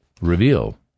reveal